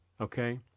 okay